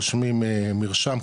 רושמים מרשם,